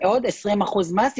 עוד 20% מס.